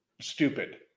stupid